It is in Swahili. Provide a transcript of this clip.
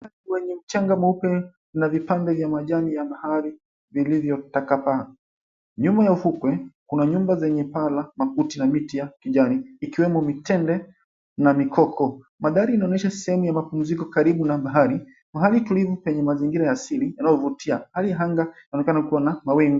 Kwenye mchanga mweupe na vipande vya majani ya bahari vilivyotakapaa. Nyuma ya ufukwe kuna nyumba zenye paa la makuti na miti ya kijani ikiwemo mitende na mikoko. Mandhari inaonyesha sehemu ya mapumziko karibu na bahari, mahali tulivu penye mazingira ya asili yanayovutia. Hali ya anga inaonekana kuwa na mawingu.